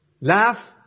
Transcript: laugh